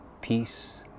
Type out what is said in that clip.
peace